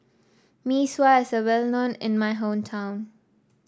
Mee Sua is well known in my hometown